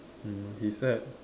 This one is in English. hmm is that